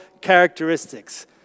characteristics